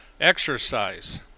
exercise